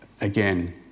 again